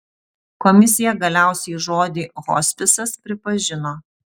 komisija galiausiai žodį hospisas pripažino